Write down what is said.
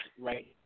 right